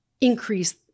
increase